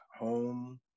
home